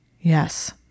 Yes